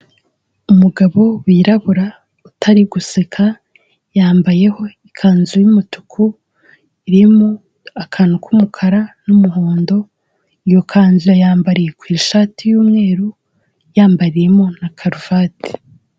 Umugabo wirabura utari guseka yambayeho ikanzu y'umutuku irimo akantu k'umukara n'umuhondo iyo kanzu yambariye ku ishati y'umweru yambariyemo na karuvati.